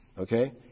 Okay